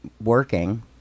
working